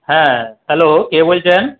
হ্যাঁ হ্যালো কে বলছেন